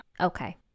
Okay